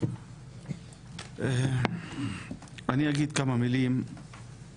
אני מבקש ממך לבדוק את הנתונים לגבי מי שהואשם